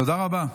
תודה רבה.